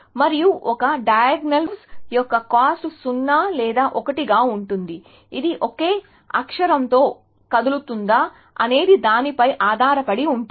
మరియు ఒక diagonal moves యొక్క కాస్ట్ 0 లేదా 1 గా ఉంటుంది ఇది ఒకే అక్షరంతో కదులుతుందా అనే దానిపై ఆధారపడి ఉంటుంది